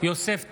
יוסף טייב,